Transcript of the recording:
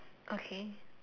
okay